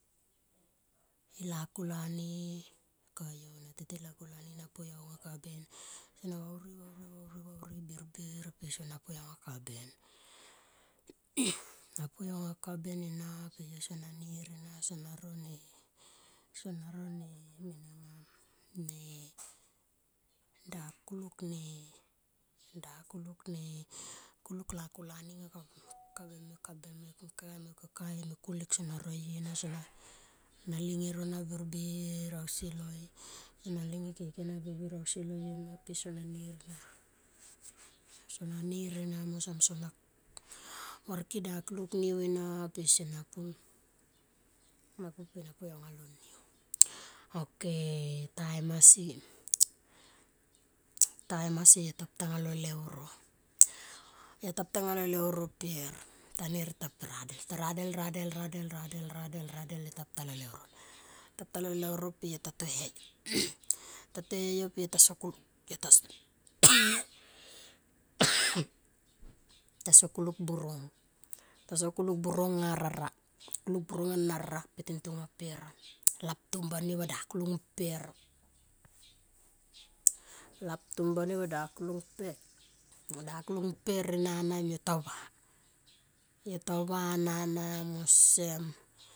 Lakulani koyu na tetei e lakulani na poi kaben na vauri, vauri, vauri birbir per sona poi aunga kaben na poi aunga kaben ena per yosona nir ena sona rone, sona rone menenga ne dakuluk, ne dakuluk, ne dakuluk lakulani ka be me kakae me kulik sona roye na ling e rona birbir ausi loi sona ling e rona birbir ausiloi pe sona nir per sona nir enama ma sona varkir dakulik niu pe sona pe per sona poi anga ma niu. Ok taim asi taim asi yo ta pu tanga lo leuro, yota pu tanga lo leuro per tanir ta radel ta radel, radel, radel, radel, radel, radel, radel yo ta pu tanga lo leuro ta pu tanga lo leuro per ta to he yo ta toheyo per taso kulik yo taso taso kulik burong taso kulik burong anga rara kulik burong ana ra per itin tonga per lap tumban yo va kulik mper lap tumbayo va dakulik mper dakulik enana yota va yota va nana em osem.